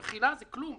במחילה, זה כלום.